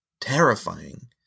terrifying